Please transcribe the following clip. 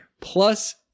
Plus